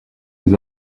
les